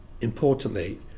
Importantly